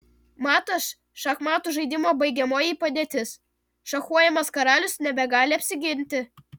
matas šachmatų žaidimo baigiamoji padėtis šachuojamas karalius nebegali apsiginti